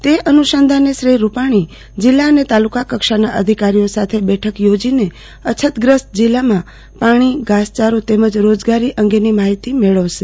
તે અનુસધા ને શ્રી રૂપાણી જિલ્લા અને તાલુકા કક્ષાના અધિકારીઓ સાથે બેઠક યોજીને અછતગ્રસ્ત જિલ્લામાં પાણી ઘાસચારો તેમજ રોજગારી અંગેની માહિતી મેળવશે